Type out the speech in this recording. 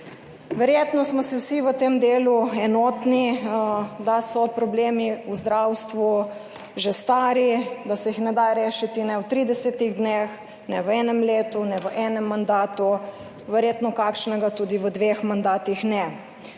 Verjetno smo si vsi v tem delu enotni, da so problemi v zdravstvu že stari, da se jih ne da rešiti ne v 30 dneh, ne v enem letu, ne v enem mandatu, verjetno kakšnega tudi v dveh mandatih ne,